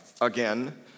Again